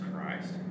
Christ